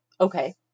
Okay